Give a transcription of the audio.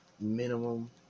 minimum